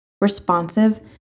responsive